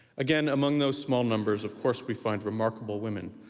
again, among those small numbers, of course we find remarkable women,